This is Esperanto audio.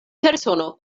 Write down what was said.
persono